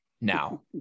now